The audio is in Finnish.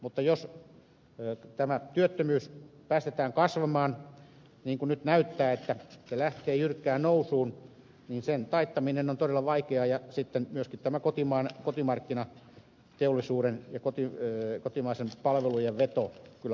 mutta jos työttömyys päästetään kasvamaan niin kuin nyt näyttää että se lähtee jyrkkään nousuun niin sen taittaminen on todella vaikeaa ja sitten myöskin kotimarkkinateollisuuden ja kotimaisten palvelujen veto kyllä loppuu